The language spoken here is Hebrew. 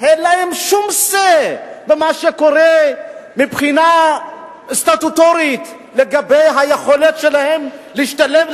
אין להם שום say במה שקורה מבחינה סטטוטורית לגבי היכולת שלהם להשתלב,